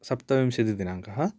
सप्तविंशति दिनाङ्कः